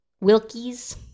Wilkie's